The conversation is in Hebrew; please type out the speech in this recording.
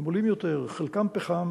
הם עולים יותר, חלקם פחם,